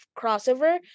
crossover